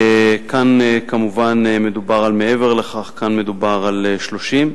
כאן כמובן מדובר על מעבר לכך, כאן מדובר על 30,